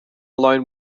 alone